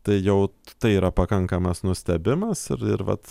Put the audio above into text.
tai jau tai yra pakankamas nustebimas ir ir vat